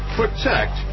protect